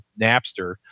Napster